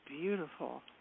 beautiful